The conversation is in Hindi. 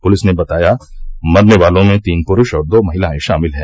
पुलिस ने बताया मरने वालों में तीन पुरूष और दो महिलायें शामिल हैं